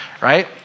right